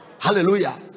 Hallelujah